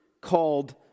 called